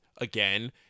again